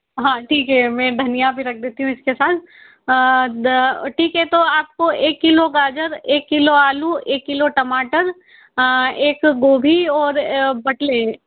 हाँ ठीक है मैं धनिया भी रख देती हूँ इसके साथ ठीक है तो आपको एक किलो गाजर एक किलो आलू एक किलो टमाटर एक गोबी और बटले